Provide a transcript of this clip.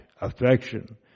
affection